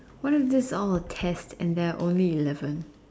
why with this is all a test and there are only eleven